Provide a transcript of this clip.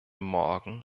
morgen